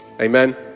amen